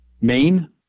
Maine